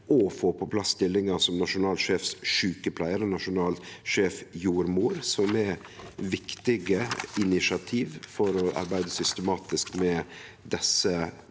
og få på plass stillingar som nasjonal sjefssjukepleiar og nasjonal sjefsjordmor, som er viktige initiativ for å arbeide systematisk med desse